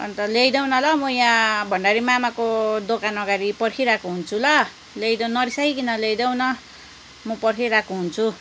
अन्त ल्याइदेऊ न ल म यहाँ भण्डारी मामाको दोकान अगाडि पर्खिरहेको हुन्छु ल ल्याइदेऊ नरिसाइकन ल्याइदेऊ न म पर्खिरहेको हुन्छु